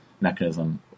mechanism